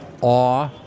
awe